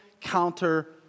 counter